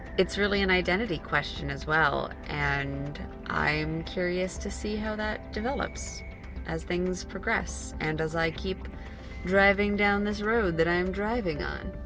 it's really an identity question as well. and i'm curious to see how that develops as things progress and as i keep driving down this road that i'm driving on.